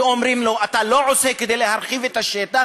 שאומרים לו: אתה לא עושה כדי להרחיב את השטח,